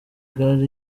gaal